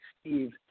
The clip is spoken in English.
Steve